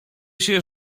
się